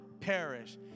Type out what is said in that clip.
perish